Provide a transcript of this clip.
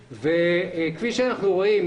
כפי שאנחנו רואים,